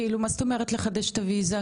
כי מה זאת אומרת לחדש את הוויזה,